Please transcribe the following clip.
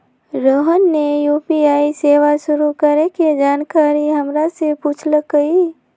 रोहन ने यू.पी.आई सेवा शुरू करे के जानकारी हमरा से पूछल कई